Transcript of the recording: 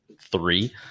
Three